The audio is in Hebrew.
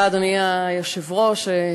אדוני היושב-ראש,